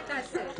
אל תעשה את זה.